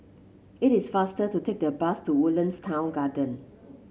it is faster to take the bus to Woodlands Town Garden